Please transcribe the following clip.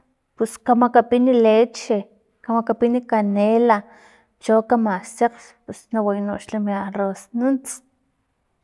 Pus kamakapin leche, kamakapin canela, cho kamasekg pus na waya noxla mi arroz nuts.